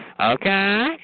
Okay